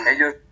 ellos